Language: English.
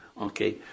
Okay